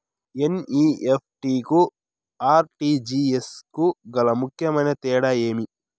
NEFT కు RTGS కు గల ముఖ్యమైన తేడా ఏమి?